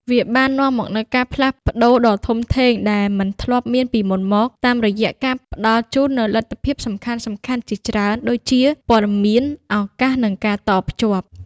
វាបាននាំមកនូវការផ្លាស់ប្តូរដ៏ធំធេងដែលមិនធ្លាប់មានពីមុនមក តាមរយៈការផ្តល់ជូននូវលទ្ធភាពសំខាន់ៗជាច្រើន ដូចជា ព័ត៌មាន ឱកាស និងការតភ្ជាប់។